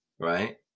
right